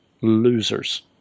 losers